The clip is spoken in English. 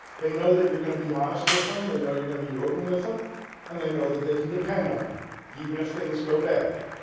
they know that you're going to be honest with them, they know you're going to be open with them and they know that they can depend on you even if things go bad.